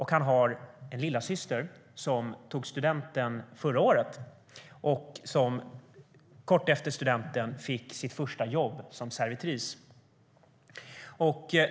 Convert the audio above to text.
Han har en lillasyster som tog studenten förra året och som kort därefter fick sitt första jobb, som servitris.